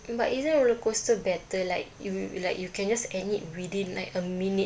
but isn't roller coaster better like you like you can just end it within like a minute